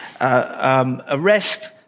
arrest